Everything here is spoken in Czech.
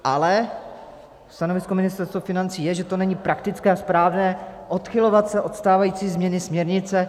Ale stanovisko Ministerstva financí je, že to není praktické a správné odchylovat se od stávající změny směrnice.